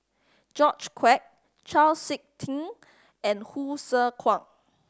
George Quek Chau Sik Ting and Hsu Tse Kwang